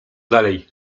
dalej